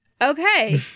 okay